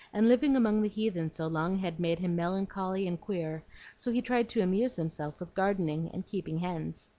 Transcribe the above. and living among the heathen so long had made him melancholy and queer so he tried to amuse himself with gardening and keeping hens.